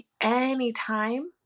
anytime